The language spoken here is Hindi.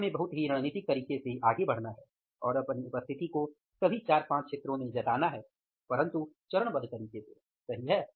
अब हमें बहुत ही रणनीतिक तरीके से आगे बढ़ना है और अपनी उपस्थिति को सभी चार पांच क्षेत्रों में जताना है परन्तु चरणबद्ध तरीके से सही है